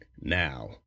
now